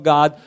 God